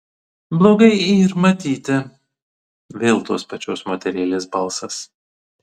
blogai yr matyti vėl tos pačios moterėlės balsas